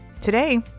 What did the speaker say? Today